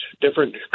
different